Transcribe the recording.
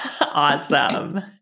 Awesome